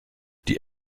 die